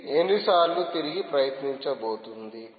ఇది ఎన్నిసార్లు తిరిగి ప్రయత్నించబోతోంది